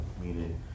Meaning